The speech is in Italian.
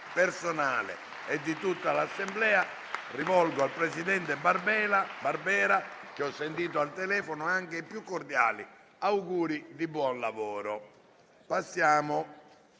e di tutta l'Assemblea, rivolgo al presidente Barbera, che ho sentito al telefono, anche i più cordiali auguri di buon lavoro.